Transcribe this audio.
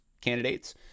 candidates